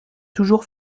toujours